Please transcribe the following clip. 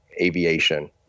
aviation